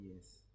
Yes